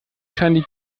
scheinen